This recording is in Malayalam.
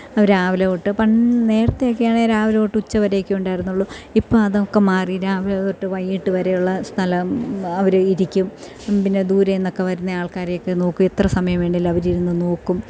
അവർ രാവിലെ തൊട്ട് പന് നേരത്തെയൊക്കെ ആണേ രാവിലെ തൊട്ട് ഉച്ചവരെയൊക്കെ ഉണ്ടായിരുന്നുള്ളൂ ഇപ്പോൾ അതൊക്കെ മാറി രാവിലെ തൊട്ട് വൈകിയിട്ട് വരെയുള്ള സ്ഥലം അവർ ഇരിക്കും പിന്നെ ദൂരെ നിന്നൊക്കെ വരുന്ന ആൾക്കാരെയൊക്കെ നോക്ക് എത്ര സമയം വേണ്ടില്ല അവരിരുന്നു നോക്കും